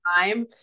time